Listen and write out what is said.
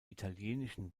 italienischen